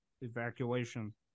evacuation